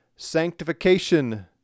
Sanctification